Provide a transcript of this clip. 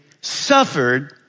suffered